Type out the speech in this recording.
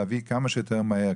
להביא כמה שיותר מהר,